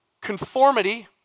conformity